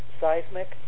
seismic